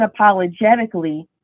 unapologetically